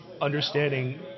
understanding